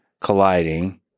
colliding